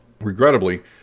Regrettably